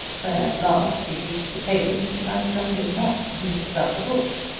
when at last he reached the table mr. bundercombe did not beat about the bush.